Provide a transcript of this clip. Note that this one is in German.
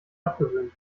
abgewöhnt